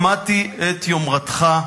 שמעתי את יומרתך,